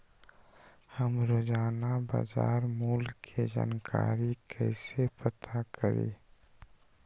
हम रोजाना बाजार मूल्य के जानकारी कईसे पता करी?